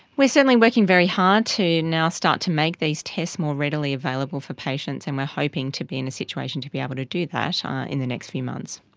we're certainly working very hard to now start to make these tests more readily available for patients and we're hoping to be in a situation to be able to do that in the few months.